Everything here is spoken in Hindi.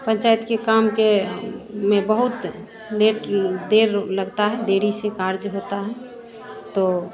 पंचायत के काम के में बहुत लेट देर ओर लगता है देरी से कार्य होता है तो